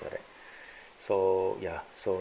correct so ya so